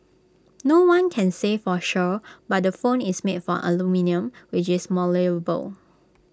no one can say for sure but the phone is made from aluminium which is malleable